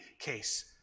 case